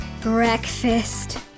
Breakfast